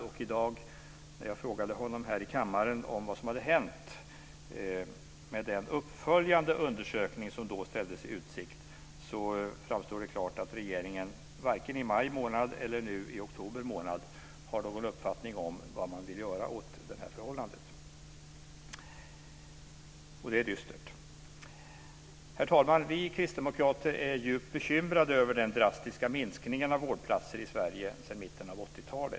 I dag när jag frågade honom här i kammaren om vad som hade hänt med den uppföljande undersökning som då ställdes i utsikt framstod det klart att regeringen varken i maj månad eller nu i oktober månad hade någon uppfattning om vad man vill göra åt det här förhållandet. Det är dystert. Herr talman! Vi kristdemokrater är djupt bekymrade över den drastiska minskningen av antalet vårdplatser i Sverige sedan mitten av 80-talet.